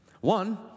One